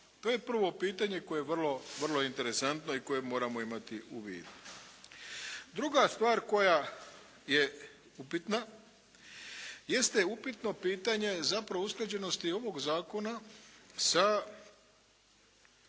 To je prvo pitanje koje je vrlo interesantno i koje moramo imati u vidu. Druga stvar koja je upitna jeste upitno pitanje zapravo usklađenosti ovog zakona sa